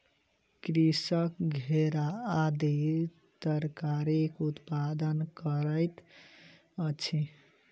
कृषक घेरा आदि तरकारीक उत्पादन करैत अछि